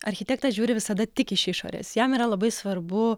architektas žiūri visada tik iš išorės jam yra labai svarbu